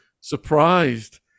surprised